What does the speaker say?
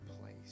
place